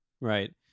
Right